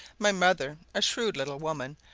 my mother, a shrewd little woman,